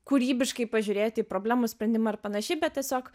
kūrybiškai pažiūrėti problemos sprendimą ar pan bet tiesiog